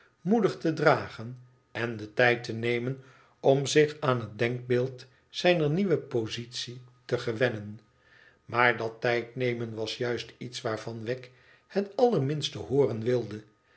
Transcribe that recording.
moedig te dragen en den tijd te nemen om zich aan het denkbeeld zijner nieuwe positie te gewennen maar dat tijd nemen was juist iets waarvan wegg het allerminste hooren wilde